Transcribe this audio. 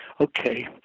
okay